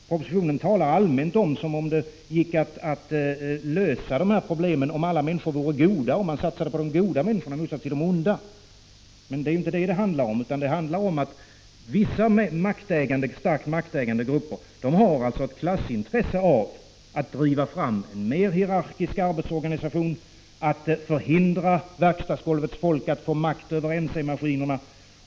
I propositionen talar man allmänt som om det gick att lösa problemen om alla människor vore goda och man satsade på de goda människorna i motsats till de onda. Men det är inte detta det handlar om. Det handlar i stället om att vissa starkt maktägande grupper alltså har ett klassintresse av att driva fram en mera hierarkisk arbetsorganisation och att förhindra verkstadsgolvets folk att få makt och kontroll över NC-maskinerna.